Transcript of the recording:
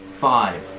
five